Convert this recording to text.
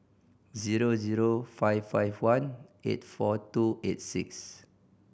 zero zero five five one eight four two eight six